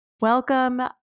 Welcome